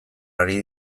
ari